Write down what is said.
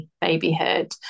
babyhood